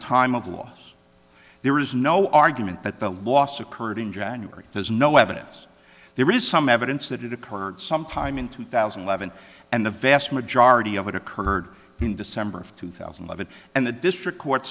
time of loss there is no argument that the loss occurred in january there's no evidence there is some evidence that it occurred sometime in two thousand and eleven and the vast majority of it occurred in december of two thousand leavitt and the district court